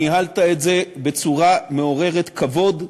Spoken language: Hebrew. ניהלת את זה בצורה מעוררת כבוד,